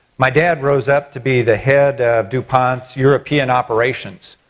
my dad rose up to be the head of dupont european operations.